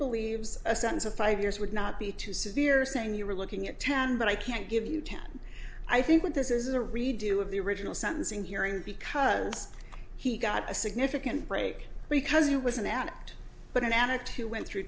believes a sense of five years would not be too severe saying you were looking at ten but i can't give you ten i think what this is a redo of the original sentencing hearing because he got a significant break because he was an addict but an addict who went through